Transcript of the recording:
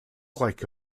like